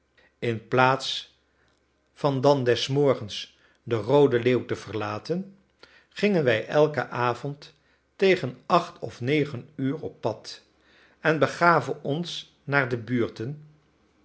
inplaats van dan des morgens de roode leeuw te verlaten gingen wij elken avond tegen acht of negen uur op pad en begaven ons naar de buurten